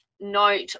note